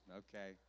okay